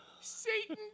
Satan